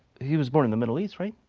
he was born in the middle east, right?